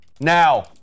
now